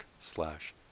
slash